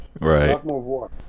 right